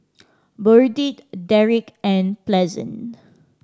Burdette Derrick and Pleasant